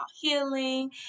healing